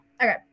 okay